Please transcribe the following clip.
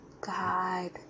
God